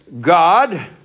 God